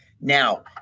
Now